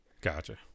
Gotcha